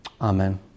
Amen